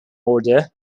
order